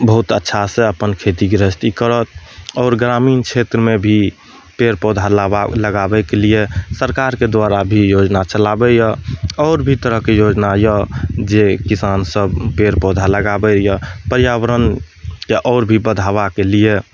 बहुत अच्छा से अपन खेती गिरहस्थी करत आओर ग्रामीण छेत्रमे भी पेड़ पौधा लाबा लगाबैके लिए सरकारके द्वारा भी योजना चलाबैए आओर भी तरहके योजना यऽ जे किसान सभ पेड़ पौधा लगाबैयऽ पर्यावरणके आओर भी बढ़ावाके लिए